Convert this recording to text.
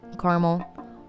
caramel